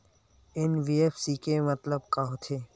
NBFC के मतलब का होथे?